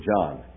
John